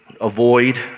avoid